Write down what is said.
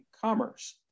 commerce